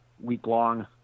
week-long